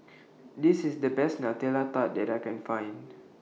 This IS The Best Nutella Tart that I Can Find